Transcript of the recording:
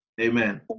Amen